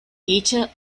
ޓީޗަރ